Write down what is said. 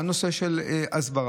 גם הנושא של הסברה.